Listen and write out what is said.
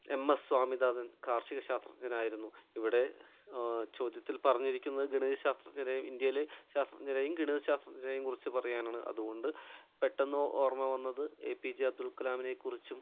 M S Swaminathan കാർഷികശാസ്ത്രജ്ഞൻ ആയിരുന്നു ഇവിടെ ചോദ്യത്തിൽ പറഞ്ഞിരിക്കുന്നത് ഗണിത ശാസ്ത്രഞ്ജരെയും ഇന്ത്യയിലെ ശാസ്ത്രഞ്ജരെയും ഗണിത ശാസ്ത്രഞ്ജരെയും കുറിച്ച് പറയാനാണ് അതുകൊണ്ട് പെട്ടെന്ന് ഓർമ്മ വന്നത് എ പി ജെ അബ്ദുൽ കലാമിനെ കുറിച്ചും